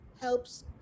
helps